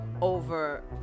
over